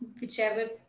whichever